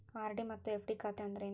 RD ಮತ್ತ FD ಖಾತೆ ಅಂದ್ರೇನು